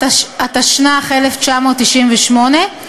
התשנ"ח 1998,